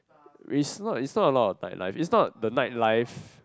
it's not it's not a lot night life it's not the night life